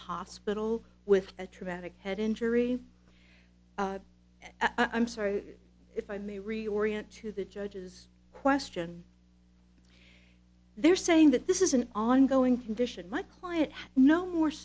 hospital with a traumatic head injury i'm sorry if i may reorient to the judge's question they're saying that this is an ongoing condition my client has no more